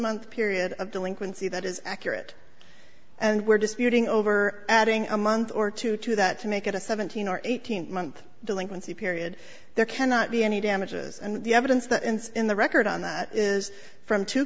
month period of delinquency that is accurate and we're disputing over adding a month or two to that to make it a seventeen or eighteen month delinquency period there cannot be any damages and the evidence that ins in the record on that is from two